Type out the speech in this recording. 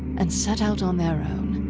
and set out on their own.